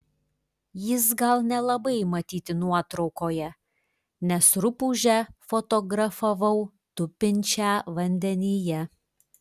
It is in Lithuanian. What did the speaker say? jis gal nelabai matyti nuotraukoje nes rupūžę fotografavau tupinčią vandenyje